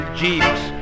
jeep's